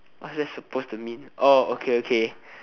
what's that supposed to mean oh okay okay